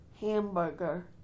hamburger